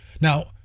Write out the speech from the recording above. Now